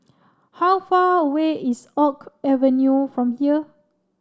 how far away is Oak Avenue from here